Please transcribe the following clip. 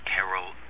Carol